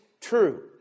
true